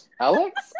Alex